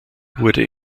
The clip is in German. wurde